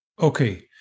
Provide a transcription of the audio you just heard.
Okay